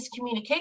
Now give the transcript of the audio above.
miscommunication